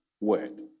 word